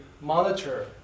monitor